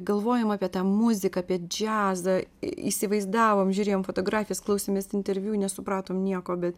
galvojom apie tą muziką apie džiazą įsivaizdavom žiūrėjom fotografijas klausėmės interviu nesupratom nieko bet